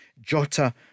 Jota